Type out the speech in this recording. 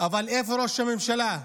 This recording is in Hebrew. אבל איפה ראש הממשלה?